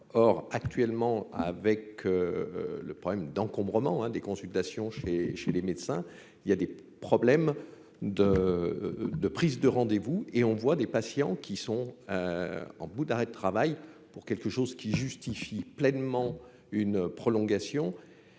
or actuellement avec le problème d'encombrement des consultations chez chez les médecins, il y a des problèmes de de prise de rendez-vous et on voit des patients qui sont en bout d'arrêt de travail pour quelque chose qui justifie pleinement une prolongation